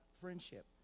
friendship